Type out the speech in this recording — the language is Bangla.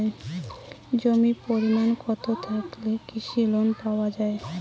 জমির পরিমাণ কতো থাকলে কৃষি লোন পাওয়া যাবে?